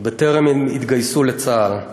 בטרם התגייסו לצה"ל.